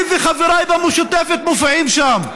אני וחבריי במשותפת מופיעים שם.